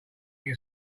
you